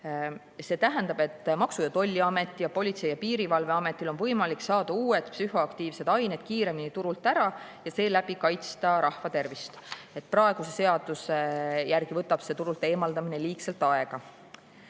See tähendab, et Maksu‑ ja Tolliametil ning Politsei‑ ja Piirivalveametil on võimalik saada uued psühhoaktiivsed ained kiiremini turult ära ja seeläbi kaitsta rahva tervist. Praeguse seaduse järgi võtab see turult eemaldamine liigselt aega.